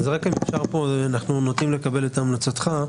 אנחנו נוטים לקבל את המלצתך,